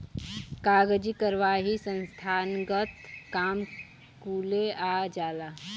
कागजी कारवाही संस्थानगत काम कुले आ जाला